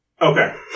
Okay